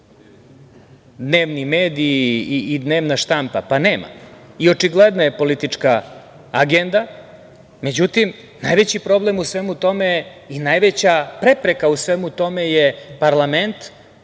dnevni mediji i dnevna štampa. Pa, nema. I očigledna je politička agenda.Međutim, najveći problem u svemu tome i najveća prepreka u svemu tome je parlament,